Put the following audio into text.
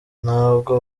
ntabwo